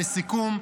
לסיכום,